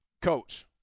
Coach